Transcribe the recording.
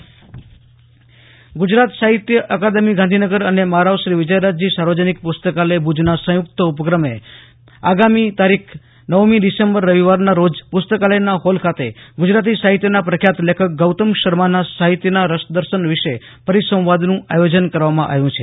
આશુતોષ અંતાણી ભુજ સાહિત્ય પરિસંવાદ ગુજરાત સાહિત્ય અકાદમી ગાંધીનગર અને મહારાવશ્રી વિજયરાજજી સાર્વજનિક પુસ્તકાલય ભુજના સંયુક્ત ઉપક્રમે આગામી તારીખ નવમી ડીસેમ્બર રવિવારના રોજ પુસ્તકાલયના હોલ ખાતે ગુજરાતી સાહિત્યના પ્રખ્યાત લેખક ગૌતમ શર્માના સાહિત્યના રસદર્શન વિષે પરિસંવાદનું આયોજન કરવામાં આવ્યું છે